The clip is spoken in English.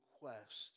quest